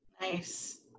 Nice